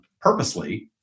purposely